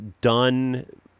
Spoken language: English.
done